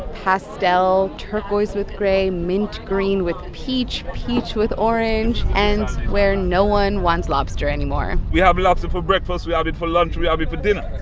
pastel turquoise with grey, mint green with peach, peach with orange and where no one wants lobster anymore we have lobster for breakfast. we have it for lunch. we have it for dinner.